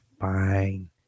fine